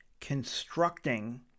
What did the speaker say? constructing